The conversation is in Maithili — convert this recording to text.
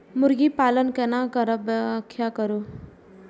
मुर्गी पालन केना करब व्याख्या करु?